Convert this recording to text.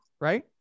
right